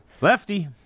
Lefty